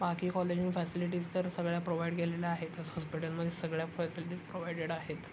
बाकी कॉलेजमध्ये फॅसिलिटीज तर सगळ्या प्रोव्हाइड केलेल्या आहेतच हॉस्पिटलमध्ये सगळ्या फॅसिलिटीज प्रोव्हाइडेड आहेत